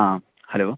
ആ ഹലോ